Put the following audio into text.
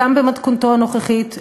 גם במתכונתו הנוכחית,